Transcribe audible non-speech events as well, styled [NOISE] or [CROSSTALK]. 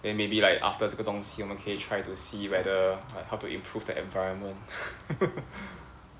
then maybe like after 这个东西我们可以 try to see whether like how to improve the environment [LAUGHS]